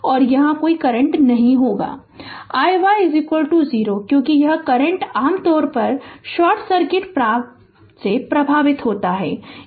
तो यहाँ कोई करंट नहीं होगा iy 0 क्योंकि यह करंट आमतौर पर शॉर्ट सर्किट पाथ से प्रवाहित होता है